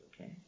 okay